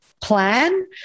plan